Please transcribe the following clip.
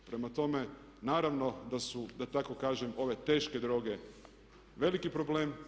Prema tome, naravno da su da tako kažem ove teške droge veliki problem.